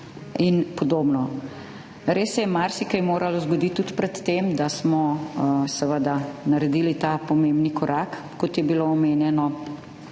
in podobno. Res se je marsikaj moralo zgoditi tudi pred tem, da smo naredili ta pomembni korak. Kot je bilo omenjeno,